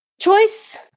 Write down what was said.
choice